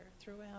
throughout